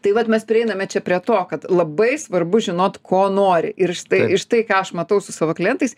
tai vat mes prieiname čia prie to kad labai svarbu žinot ko nori ir štai štai ką aš matau su savo klientais